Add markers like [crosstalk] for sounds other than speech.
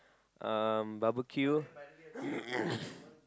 um barbecue [coughs]